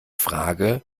frage